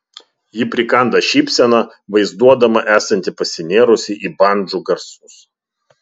ji prikanda šypseną vaizduodama esanti pasinėrusi į bandžų garsus